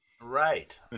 right